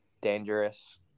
dangerous